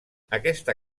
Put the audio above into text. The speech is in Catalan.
aquesta